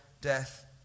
death